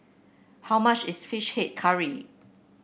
how much is fish head curry